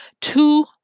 two